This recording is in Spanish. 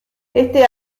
este